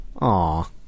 Aw